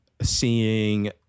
seeing